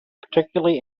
particularly